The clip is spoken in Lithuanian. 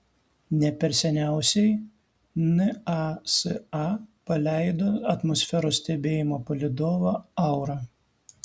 ne per seniausiai nasa paleido atmosferos stebėjimo palydovą aura